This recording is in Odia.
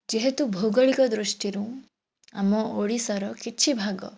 ଯେହେତୁ ଭୌଗୋଳିକ ଦୃଷ୍ଟିରୁ ଆମ ଓଡ଼ିଶାର କିଛି ଭାଗ